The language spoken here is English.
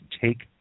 take